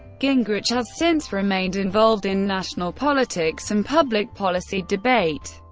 gingrich has since remained involved in national politics and public policy debate,